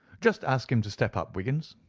just ask him to step up, wiggins.